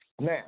Now